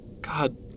God